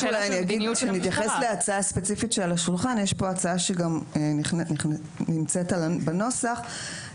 יש פה הצעה שגם נמצאת בנוסח,